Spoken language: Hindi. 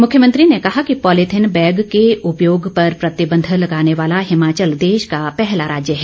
मुख्यमंत्री ने कहा कि पॉलिथिन बैग के उपयोग पर प्रतिबंध लगाने वाला हिमाचल देश का पहला राज्य है